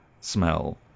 smell